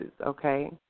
Okay